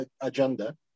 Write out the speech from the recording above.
agenda